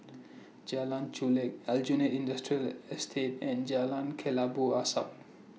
Jalan Chulek Aljunied Industrial Estate and Jalan Kelabu Asap